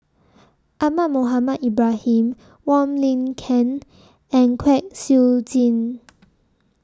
Ahmad Mohamed Ibrahim Wong Lin Ken and Kwek Siew Jin